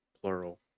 plural